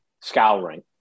scouring